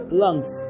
lungs